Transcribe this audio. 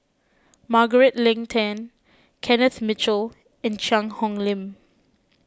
Margaret Leng Tan Kenneth Mitchell and Cheang Hong Lim